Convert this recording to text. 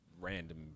random